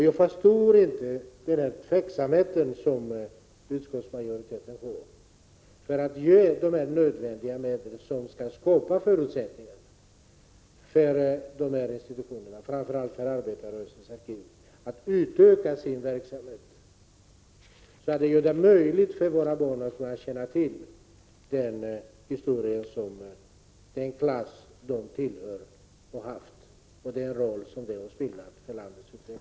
Jag förstår inte utskottets tveksamhet inför att ge de medel som är nödvändiga för att de här institutionerna, framför allt Arbetarrörelsens arkiv, skall kunna utöka sin verksamhet, så att det blir möjligt för våra barn att känna till den historia som den klass de tillhör har haft och den roll som den har spelat för landets utveckling.